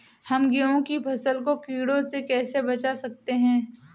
हम गेहूँ की फसल को कीड़ों से कैसे बचा सकते हैं?